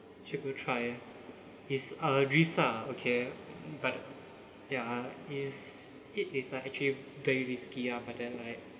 should go try it's a risk ah okay but ya is it is actually very risky ah but then like